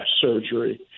surgery